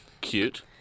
Cute